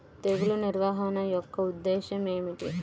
తెగులు నిర్వహణ యొక్క ఉద్దేశం ఏమిటి?